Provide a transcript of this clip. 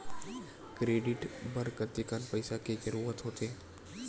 Credit बर कतेकन पईसा के जरूरत होथे?